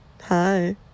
hi